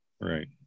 right